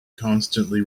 constantly